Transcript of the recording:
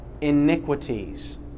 Iniquities